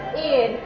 in,